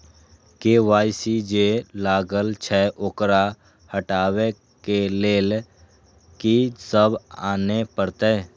KYC जे लागल छै ओकरा हटाबै के लैल की सब आने परतै?